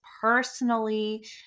personally